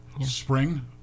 Spring